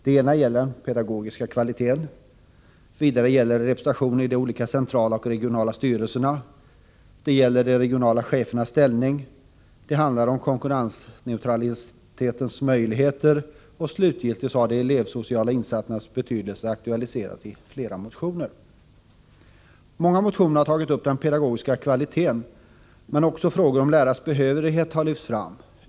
Ett område avser den pedagogiska kvaliteten, ett annat representationen i de olika centrala och regionala styrelserna. Vidare gäller det de regionala chefernas ställning och möjligheten till konkurrensneutralitet. Slutligen har de elevsociala insatsernas betydelse aktualiserats i flera motioner. I många motioner har den pedagogiska kvaliteten tagits upp, men också frågor om lärares behörighet har lyfts fram.